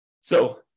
So-